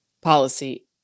policy